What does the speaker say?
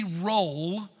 role